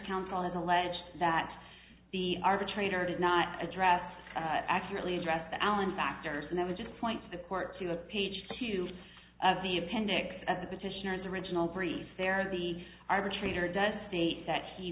counsel is alleged that the arbitrator did not address accurately address the allen factors and that was a point to the court to a page two of the appendix at the petitioners original brief there the arbitrator does state that he